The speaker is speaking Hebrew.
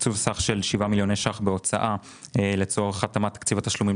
מדובר בתקצוב סך של 7 מיליוני שקלים בהוצאה לצורך התאמת תקציב התשלומים